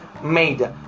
Made